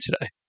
today